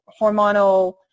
hormonal